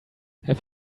have